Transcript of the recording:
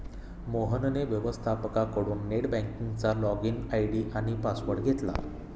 मोहनने व्यवस्थपकाकडून नेट बँकिंगचा लॉगइन आय.डी आणि पासवर्ड घेतला